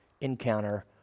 encounter